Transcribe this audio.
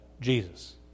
Jesus